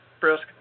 brisk